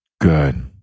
Good